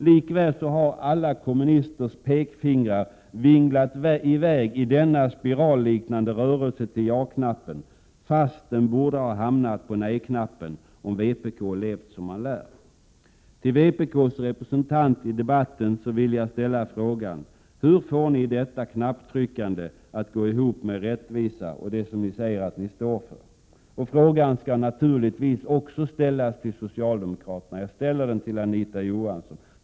Likväl har alla kommunisters pekfingrar vinglat i väg i denna spiralliknande rörelse till ja-knappen, fast den borde hamnat på nej-knappen, om vpk levt som man lär. Till vpk:s representant i debatten vill jag ställa frågan: Hur får ni detta knapptryckande att gå ihop med rättvisa och det som ni säger att ni står för? Frågan skall naturligtvis ställas även till socialdemokraterna. Jag ställer den till Anita Johansson.